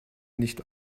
nicht